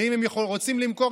ואם הם רוצים למכור,